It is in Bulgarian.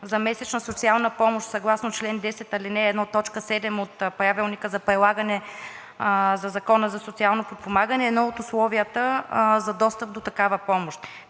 за месечна социална помощ съгласно чл. 10, ал. 1, т. 7 от Правилника за прилагане на Закона за социално подпомагане е едно от условията за достъп до такава помощ.